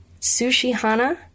Sushihana